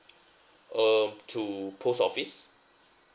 um to post office